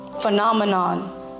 phenomenon